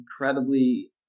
incredibly